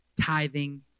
tithing